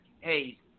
hey